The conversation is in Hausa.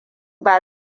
ba